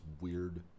weird